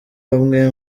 bamwe